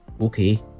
okay